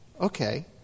okay